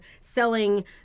selling